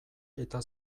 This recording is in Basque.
eta